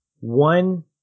One